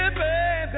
baby